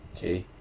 okay